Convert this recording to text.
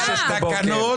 4 בעד, 8 נגד, 1 נמנע.